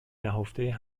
نهفته